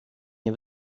nie